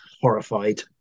horrified